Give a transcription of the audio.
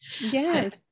Yes